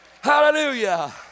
Hallelujah